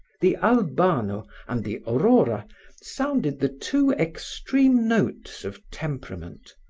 the albano and the aurora sounded the two extreme notes of temperament,